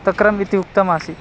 तक्रम् इति उक्तमासीत्